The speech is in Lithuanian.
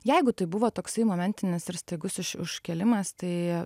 jeigu tai buvo toksai momentinis ir staigus iš užkėlimas tai